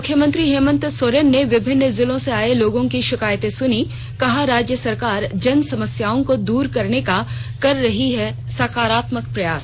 मुख्यमंत्री हेमंत सोरेन ने विभिन्न जिलों से आये लोगों की शिकायतें सुनीं कहा राज्य सरकार जन समस्याओं को दूर करने का कर रही साकारात्मक प्रयास